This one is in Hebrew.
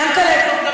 יענקל'ה,